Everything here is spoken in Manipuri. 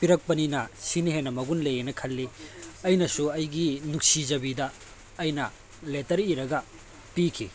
ꯄꯤꯔꯛꯄꯅꯤꯅ ꯁꯤꯅ ꯍꯦꯟꯅ ꯃꯒꯨꯟ ꯂꯩ ꯍꯥꯏꯅ ꯈꯜꯂꯤ ꯑꯩꯅꯁꯨ ꯑꯩꯒꯤ ꯅꯨꯡꯁꯤꯖꯕꯤꯗ ꯑꯩꯅ ꯂꯦꯇꯔ ꯏꯔꯒ ꯄꯤꯈꯤ